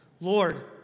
Lord